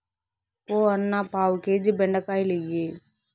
ఓ అన్నా, పావు కేజీ బెండకాయలియ్యి